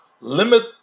limit